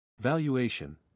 Valuation